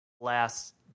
last